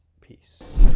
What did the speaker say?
peace